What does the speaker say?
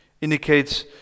indicates